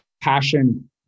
passion